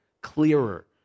clearer